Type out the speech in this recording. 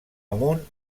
amunt